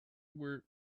were